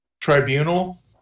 Tribunal